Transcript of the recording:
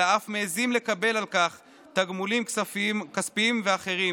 אלא הם אף מעיזים לקבל על כך תגמולים כספיים ואחרים,